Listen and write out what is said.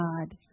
God